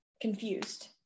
confused